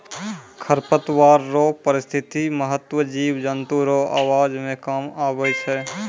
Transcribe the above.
खरपतवार रो पारिस्थितिक महत्व जिव जन्तु रो आवास मे काम आबै छै